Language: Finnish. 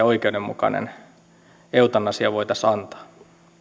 oikeudenmukainen eutanasia voitaisiin antaa